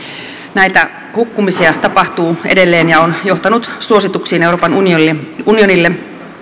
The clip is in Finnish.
näitä hukkumisia tapahtuu edelleen ja se on johtanut suosituksiin euroopan unionille